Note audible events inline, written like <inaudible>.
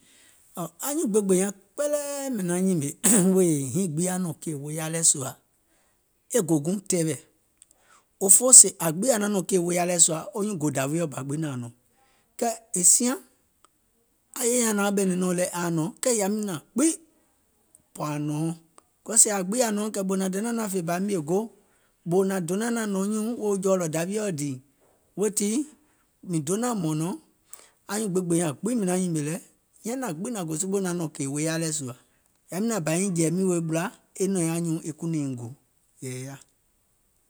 Anyuùŋ gbeegbèè nyaŋ kpɛlɛɛ mìŋ naŋ nyìmè <noise> wèè hiiŋ gbiŋ aŋ nɔ̀ŋ kèè woya lɛɛ̀ sùà e gò guùŋ tɛɛwɛ̀, òfoo sèè aŋ gbìŋ naŋ nɔ̀ŋ kèè woya lɛɛ̀ sùà, wo nyuùŋ gò dȧwiɔ̀ bȧ gbiŋ naȧŋ nɔ̀ŋ, kɛɛ è siaŋ aŋ yè nyaŋ naaŋ ɓɛ̀nɛ̀ŋ nɔ̀ŋ lɛ̀ aaŋ nɔ̀ŋ kɛɛ yàwi nȧȧŋ gbiŋ ɓɔ̀ ȧŋ nɔ̀ɔŋ, becauae sèè aŋ gbiŋ ȧŋ nɔ̀ɔŋ kɛ̀ ɓòò nȧŋ donȧŋ naȧŋ fè bȧ mìè go, ɓòò nȧŋ do naȧŋ nȧŋ nɔ̀ŋ nyùùŋ wèè wo jɔ̀ɔ̀lɔ̀ dȧwiɔ̀ dìì, weètii, mìŋ donȧŋ mɔ̀nɔ̀ŋ, anyuùŋ gbeegbèè nyaŋ gbiŋ mìŋ naŋ nyìmè lɛ, nyɛ̀iŋ nȧȧŋ gbiŋ nȧŋ gò sòpoò naŋ nɔ̀ŋ kèè woya lɛɛ̀ sùà, yàwi nȧȧŋ bȧ nyiŋ jɛ̀ì miìŋ weè ɓula e nɔ̀iŋ anyùùŋ e kuunò nyiŋ gòo.